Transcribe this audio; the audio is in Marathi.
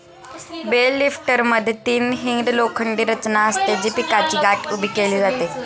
बेल लिफ्टरमध्ये तीन हिंग्ड लोखंडी रचना असते, जी पिकाची गाठ उभी केली जाते